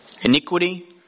Iniquity